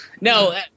No